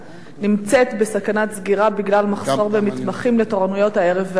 נמצאת בסכנת סגירה בגלל מחסור במתמחים לתורנויות הערב והלילה.